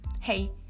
hey